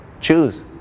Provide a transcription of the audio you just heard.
Choose